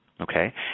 okay